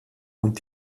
und